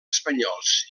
espanyols